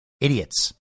Idiots